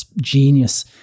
genius